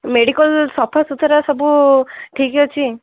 medical ସଫାସୁତୁରା ସବୁ ଠିକ୍ ଅଛି